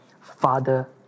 Father